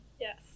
Yes